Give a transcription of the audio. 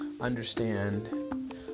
understand